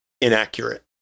inaccurate